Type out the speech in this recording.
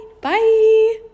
Bye